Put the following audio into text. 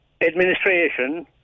Administration